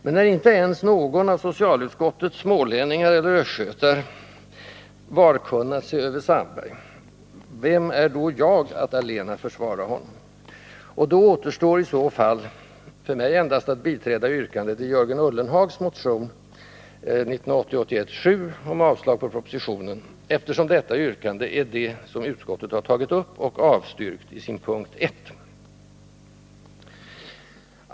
Men när inte ens någon av socialutskottets smålänningar eller östgötar varkunnat sig över Sandberg — vem är då jag att allena försvara honom? Då återstår i så fall för mig endast att biträda yrkandet i Jörgen Ullenhags motion 1980/81:7 om avslag på propositionen, eftersom detta yrkande är det som utskottet tagit upp — och avstyrkt — i sin punkt 1.